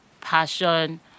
passion